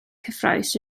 cyffrous